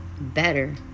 better